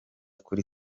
kuri